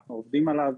ואנחנו עובדים עליו,